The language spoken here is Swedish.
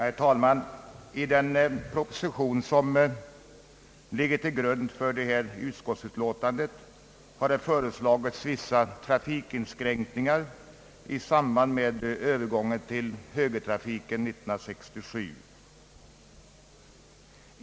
Herr talman! I den proposition som ligger till grund för detta utskottsutlåtande har föreslagits vissa trafikinskränkningar i samband med övergången till högertrafik 1967.